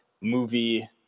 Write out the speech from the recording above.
movie